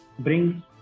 bring